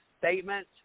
statement